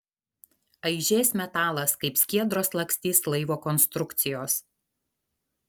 aižės metalas kaip skiedros lakstys laivo konstrukcijos